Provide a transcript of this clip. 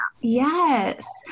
Yes